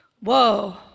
whoa